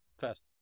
first